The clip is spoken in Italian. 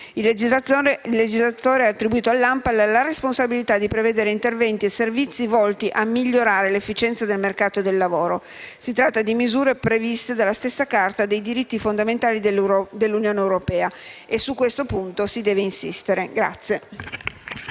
Il legislatore ha attribuito all'ANPAL la responsabilità di prevedere interventi e servizi volti a migliorare l'efficienza del mercato del lavoro: si tratta di misure previste dalla stessa Carta dei diritti fondamentali dell'Unione europea. È su questo punto, dunque, che